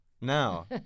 Now